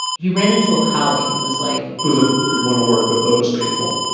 he ran into a colleague who was like. who the would want to work with those people?